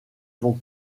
vont